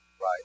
Right